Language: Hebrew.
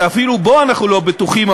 שאפילו בו אנחנו לא בטוחים,